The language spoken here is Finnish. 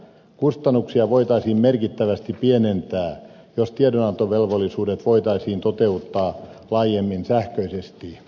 kustannuksia voitaisiin merkittävästi pienentää jos tiedonantovelvollisuudet voitaisiin toteuttaa laajemmin sähköisesti